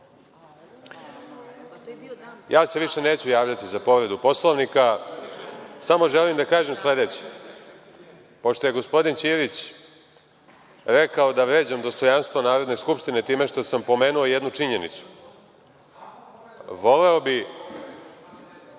se više neću javljati za povredu Poslovnika. Želim da kažem sledeće. Pošto je gospodin Ćirić rekao da vređam dostojanstvo Narodne skupštine time što sam pomenuo jednu činjenicu…(Saša